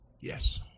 Yes